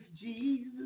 Jesus